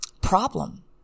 problem